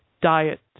diet